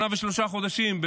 שנה ושלושה חודשים,